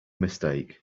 mistake